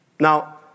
Now